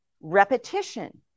repetition